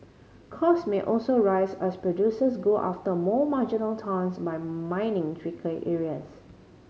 cost may also rise as producers go after more marginal tons by mining trickier areas